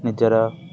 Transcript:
ନିଜର